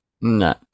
No